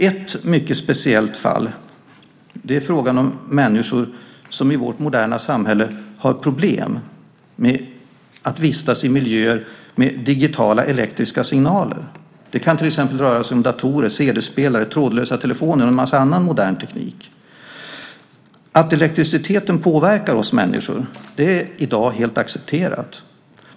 Ett mycket speciellt fall är frågan om människor som i vårt moderna samhälle har problem att vistas i miljöer med digitala elektriska signaler. Det kan röra sig om datorer, cd-spelare, trådlösa telefoner och en massa annan modern teknik. Att elektriciteten påverkar oss människor är i dag helt accepterat.